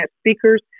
speakers